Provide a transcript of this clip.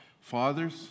Fathers